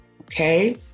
Okay